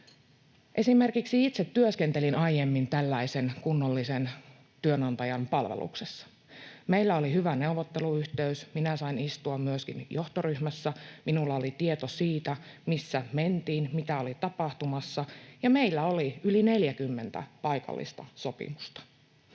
Esimerkiksi itse työskentelin aiemmin tällaisen kunnollisen työnantajan palveluksessa. Meillä oli hyvä neuvotteluyhteys. Minä sain istua myöskin johtoryhmässä. Minulla oli tieto siitä, missä mentiin, mitä oli tapahtumassa, ja meillä oli yli 40 paikallista sopimusta.